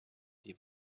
die